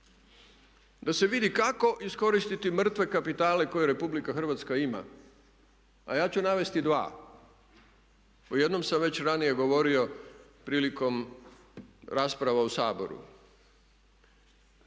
da se vidi kako iskoristiti mrtve kapitale koje RH ima a ja ću navesti dva. O jednom sam već ranije govorio prilikom rasprava u Saboru.